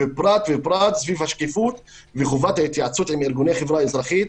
ובפרט סביב השקיפות וחובת ההתייעצות עם ארגוני חברה אזרחית,